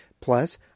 Plus